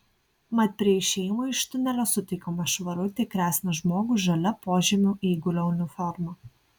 mat prie išėjimo iš tunelio sutikome švarutį kresną žmogų žalia požemių eigulio uniforma